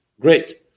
Great